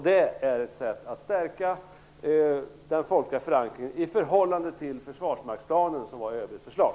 Det är ett sätt att stärka den folkliga förankringen i förhållande till försvarsmaktsplanen, som var ÖB:s förslag.